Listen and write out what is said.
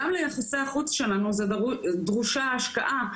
גם ליחסי החוץ שלנו דרושה השקעה,